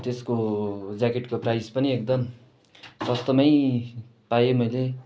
त्यसको ज्याकेटको प्राइस पनि एकदम सस्तोमै पाएँ मैले